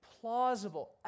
plausible